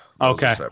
Okay